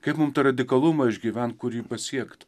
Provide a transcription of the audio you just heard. kaip mum tą radikalumą išgyvent kur jį pasiekt